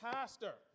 Pastor